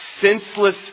senseless